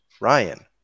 Ryan